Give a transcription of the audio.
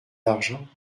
d’argent